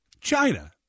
China